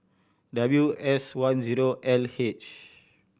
W S one zero L H